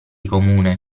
comune